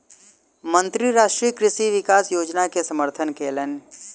मंत्री राष्ट्रीय कृषि विकास योजना के समर्थन कयलैन